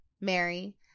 Mary